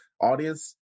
audience